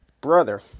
brother